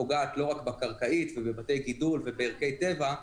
פוגעת לא רק בקרקעית ובבתי גידול ובערכי טבע,